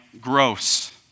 gross